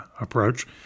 approach